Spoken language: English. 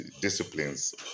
disciplines